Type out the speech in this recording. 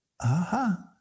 Aha